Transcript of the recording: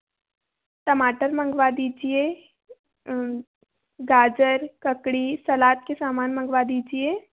टमाटर मंगवा दीजिए गाजर ककड़ी सलाद के सामान मंगवा दीजिए